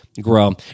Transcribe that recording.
grow